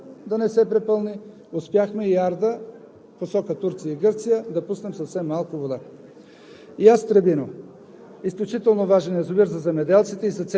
Там те се управляват добре. Успяхме да спасим Марица да не се препълни, успяхме за Арда в посока Турция и Гърция да пуснем съвсем малко вода.